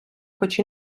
хоч